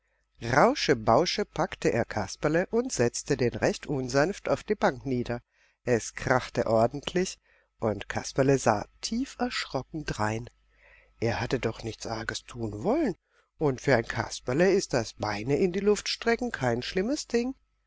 rausche bausche packte er kasperle und setzte den recht unsanft auf die bank nieder es krachte ordentlich und kasperle sah tief erschrocken drein er hatte doch nichts arges tun wollen und für ein kasperle ist das beine in die luft strecken kein schlimmes ding